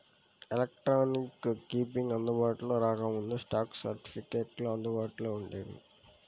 electronic keeping అందుబాటులోకి రాకముందు, stock సర్టిఫికెట్లు అందుబాటులో వుండేవి